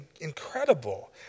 incredible